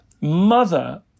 mother